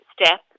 step